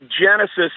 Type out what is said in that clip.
Genesis